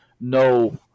no